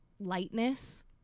Lightness